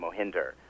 Mohinder